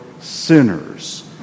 sinners